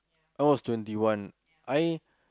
I was twenty one I